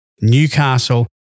Newcastle